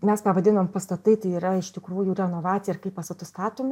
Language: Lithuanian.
mes pavadinom pastatai tai yra iš tikrųjų renovacija ir kaip pastatai statomi